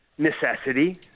necessity